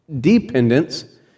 dependence